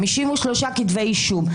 53 כתבי אישום,